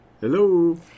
Hello